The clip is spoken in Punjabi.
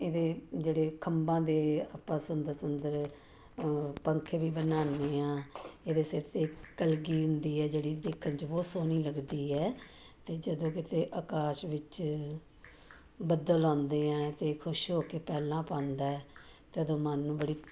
ਇਹਦੇ ਜਿਹੜੇ ਖੰਭਾਂ ਦੇ ਆਪਾਂ ਸੁੰਦਰ ਸੁੰਦਰ ਪੰਖੇ ਵੀ ਬਣਾਉਂਦੇ ਹਾਂ ਇਹਦੇ ਸਿਰ 'ਤੇ ਕਲਗੀ ਹੁੰਦੀ ਹੈ ਜਿਹੜੀ ਦੇਖਣ 'ਚ ਬਹੁਤ ਸੋਹਣੀ ਲੱਗਦੀ ਹੈ ਅਤੇ ਜਦੋਂ ਕਿਤੇ ਆਕਾਸ਼ ਵਿੱਚ ਬੱਦਲ ਆਉਂਦੇ ਆ ਤਾਂ ਖੁਸ਼ ਹੋ ਕੇ ਪੈਲਾਂ ਪਾਉਂਦਾ ਤਦ ਮਨ ਨੂੰ ਬੜੀ